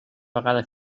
vegada